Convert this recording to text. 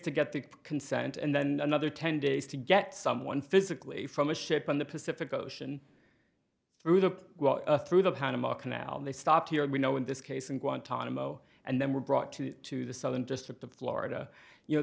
to get the consent and then another ten days to get someone physically from a ship on the pacific ocean through the through the panama canal they stopped here and we know in this case in guantanamo and then were brought to to the southern district of florida you know